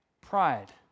pride